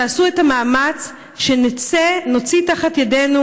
תעשו את המאמץ כדי שנוציא תחת ידינו,